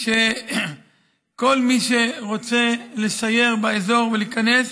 שכל מי שרוצה לסייר באזור ולהיכנס,